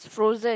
frozen